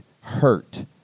hurt